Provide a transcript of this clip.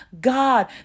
God